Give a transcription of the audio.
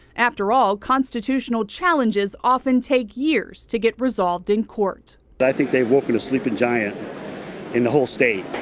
after all, constitutional challenges often take years to get resolved in court. but i think they've awoken a sleeping giant in the whole state.